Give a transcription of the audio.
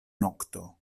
nokto